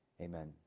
amen